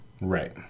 Right